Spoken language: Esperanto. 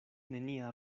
nenia